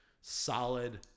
solid –